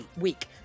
week